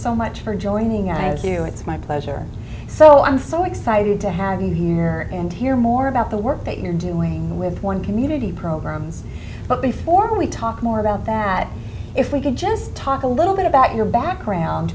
so much for joining and it's you it's my pleasure so i'm so excited to have you here and hear more about the work that you're doing with one community programs but before we talk more about that if we could just talk a little bit about your background